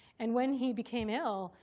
and when he became ill,